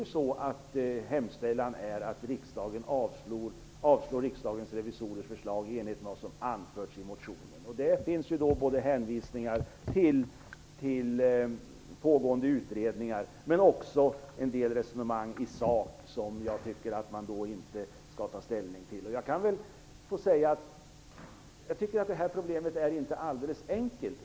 I den yrkas att riksdagen avslår Riksdagens revisorers förslag i enlighet med vad som anförts i motionen. Där finns hänvisningar till pågående utredningar men också en del resonemang i sak som jag inte tycker att man skall ta ställning till. Det här problemet är inte alldeles enkelt.